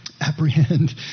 apprehend